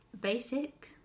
basic